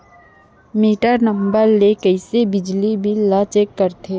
Metre number ले कइसे बिजली बिल ल चेक करथे?